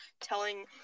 telling